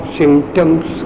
symptoms